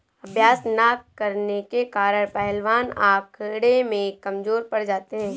अभ्यास न करने के कारण पहलवान अखाड़े में कमजोर पड़ गया